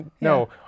no